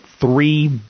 three